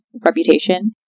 reputation